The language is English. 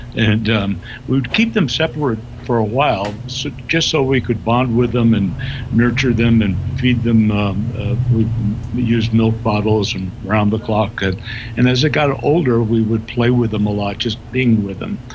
and um we would keep them separate for a while so just so we could bond with them and nurture them and feed them them ah with used milk bottles around the clock, and and as they got ah older we would play with them a lot, just being with them.